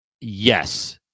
Yes